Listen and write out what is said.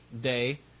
day